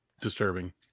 disturbing